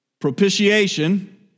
Propitiation